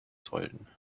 sollten